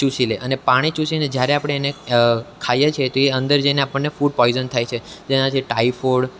ચૂસી લે અને પાણી ચૂસીને જ્યારે આપણે એને ખાઈએ છીએ તો એ અંદર જઈને આપણને ફૂડ પોઇઝન થાય છે જેનાથી ટાઇફોડ